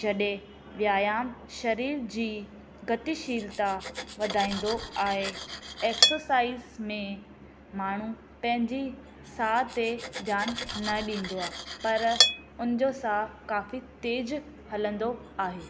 जॾहिं व्यायाम शरीर जी गतिशीलता वधाईंदो आहे एक्सोसाईज़ में माण्हूं पंहिंजी साह ते ध्यानु न ॾींदो पर उन जो साहु काफ़ी तेज़ु हलंदो आहे